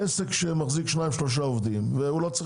לעסק שמחזיק שניים-שלושה עובדים ושאין